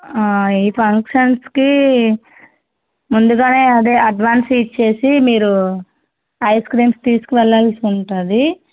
ఈ ఫంక్షన్స్కి ముందుగానే అదే అడ్వాన్స్ ఇచ్చేసి మీరు ఐస్క్రీమ్స్ తీసుకు వెళ్ళాల్సుంటుంది